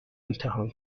امتحان